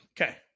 Okay